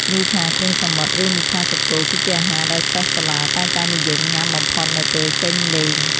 មីឆាគ្រឿងសមុទ្រឬមីឆាសាច់គោគឺជាអាហារដែលសិស្សសាលាតែងតែនិយមញ៉ាំបំផុតនៅពេលចេញលេង។